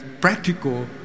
practical